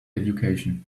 education